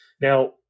Now